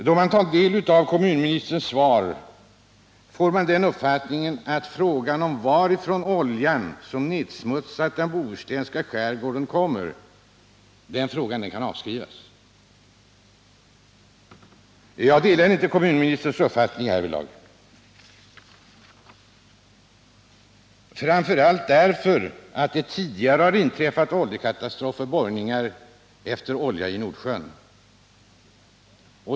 Då man tar del av kommunministerns svar får man den uppfattningen att frågan om varifrån oljan som nedsmutsat den bohuslänska skärgården kommer kan avskrivas. Jag delar inte kommunministerns uppfattning härvidlag, framför allt därför att det tidigare har inträffat en oljekatastrof vid borrningar efter olja i Nordsjön.